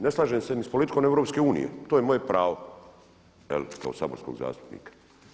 Ne slažem se ni s politikom EU, to je moje pravo kao saborskog zastupnika.